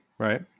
Right